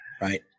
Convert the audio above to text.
right